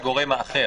היחיד.